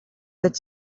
that